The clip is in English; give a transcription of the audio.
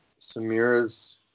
Samira's